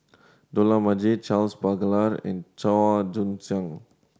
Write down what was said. Dollah Majid Charles Paglar and Chua Joon Siang